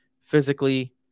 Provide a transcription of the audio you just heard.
physically